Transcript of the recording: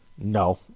no